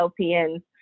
LPNs